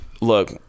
look